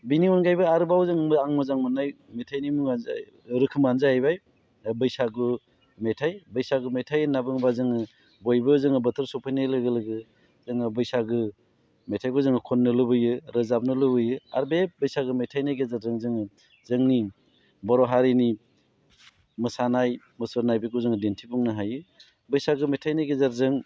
बिनि अनगायैबो आरोबाव जोंबो आं मोजां मोननाय मेथाइनि मुङानो जाहैबाय रोखोमानो जाहैबाय ओ बैसागु मेथाइ बैसागु मेथाइ होननानै बुङोब्ला जोङो बयबो जोङो बोथोर सफैनाय लोगो लोगो जोङो बैसागो मेथाइखौ जोङो खननो लुगैयो रोजाबनो लुगैयो आरो बे बैसागो मेथाइनि गेजेरजों जोङो जोंनि बर' हारिनि मोसानाय मुसुरनाय जोङो बेखौ जोङो दिनथिफुंनो हायो बैसागो मेथाइनि गेजेरजों